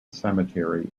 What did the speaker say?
cemetery